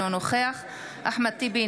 אינו נוכח אחמד טיבי,